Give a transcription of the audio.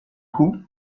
coup